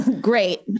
Great